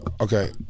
Okay